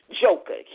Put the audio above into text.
joker